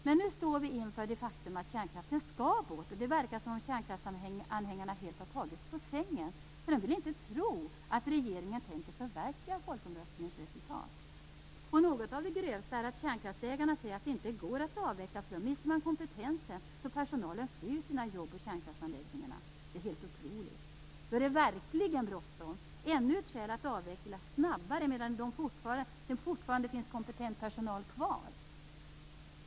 Men nu står vi inför det faktum att kärnkraften skall bort, och det verkar som att kärnkraftsanhängarna helt har tagits på sängen. De inte vill tro att regeringen tänker förverkliga folkomröstningens resultat. Och något av det grövsta är att kärnkraftsanhängarna säger att det inte gå att avveckla för då mister man kompetensen när personalen flyr sina jobb på kärnkraftsanläggningarna. Det är helt otroligt. Då är det verkligen bråttom. Detta är ännu ett skäl för att avveckla snabbare medan det fortfarande finns kompetent personal kvar.